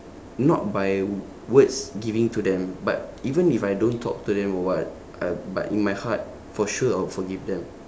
not by words giving to them but even if I don't talk to them or what uh but in my heart for sure I'll forgive them